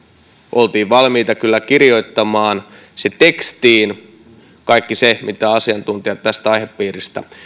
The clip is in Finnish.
oltiin valmiita kyllä kirjoittamaan tekstiin kaikki se mitä asiantuntijat tästä aihepiiristä